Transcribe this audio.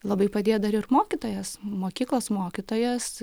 labai padėjo dar ir mokytojas mokyklos mokytojas